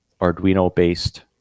Arduino-based